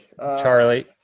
Charlie